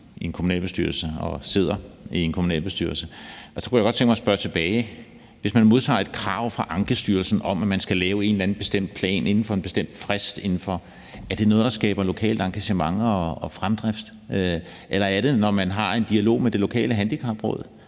i en kommunalbestyrelse og sidder i en kommunalbestyrelse, og så kunne jeg godt tænke mig at spørge tilbage: Hvis man modtager et krav fra Ankestyrelsen om, at man skal lave en eller anden bestemt plan inden for en bestemt frist, er det så noget, der skaber lokalt engagement og fremdrift, eller er det, når man har en dialog med det lokale handicapråd,